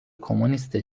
کمونیست